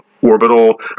orbital